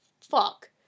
fuck